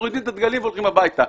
מורידים את הדגלים והולכים הביתה.